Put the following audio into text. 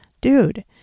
Dude